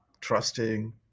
trusting